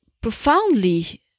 profoundly